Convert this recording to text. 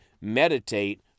meditate